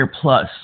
Plus